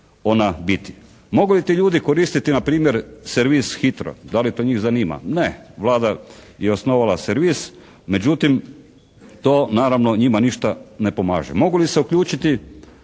ona biti? Mogu li ti ljudi koristiti npr. servis HITRO? Da li to njih zanima? Ne. Vlada je osnovala servis, međutim to naravno njima ništa ne pomaže. Mogu li se uključiti